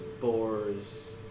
boars